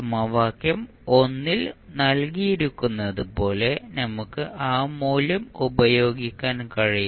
സമവാക്യം ൽ നൽകിയിരിക്കുന്നതുപോലെ നമുക്ക് ആ മൂല്യം ഉപയോഗിക്കാൻ കഴിയും